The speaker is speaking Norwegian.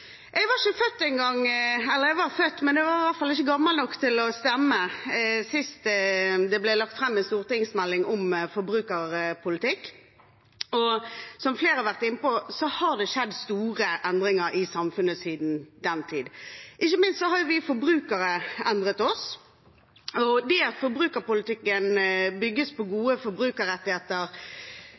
Jeg var ikke født engang – eller jeg var født, men jeg var i hvert fall ikke gammel nok til å stemme – sist det ble lagt fram en stortingsmelding om forbrukerpolitikk, og som flere har vært inne på, har det skjedd store endringer i samfunnet siden den tid. Ikke minst har vi forbrukere endret oss, og det at forbrukerpolitikken bygges på gode forbrukerrettigheter,